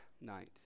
night